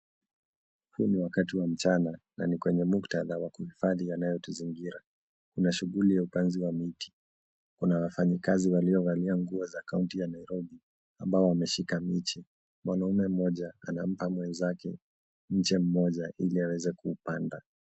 Huu ni wakati wa mchana na ni kwenye muktadha wa kuhifadhi yanayotuzingira. Kuna shughuli ya upanzi wa miti. Kuna wafanyikazi waliovalia nguo za kaunti ya Nairobi ambao wameshika miche. Mwanaume mmoja anampa mwenzake mche mmoja ili aweze kuupanda.